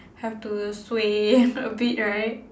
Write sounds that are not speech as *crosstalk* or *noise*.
have to sway *laughs* a bit right